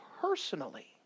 personally